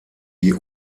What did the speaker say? die